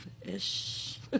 ish